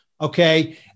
Okay